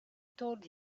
told